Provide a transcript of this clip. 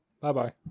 Bye-bye